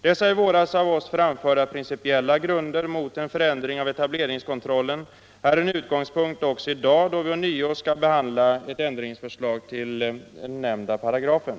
Dessa i våras av oss framförda principiella skäl mot en förändring Nr 44 av etableringskontrollen är en utgångspunkt också i dag då riksdagen Fredagen den ånyo skall behandla ett ändringsförslag till den nämnda paragrafen.